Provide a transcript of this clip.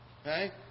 Okay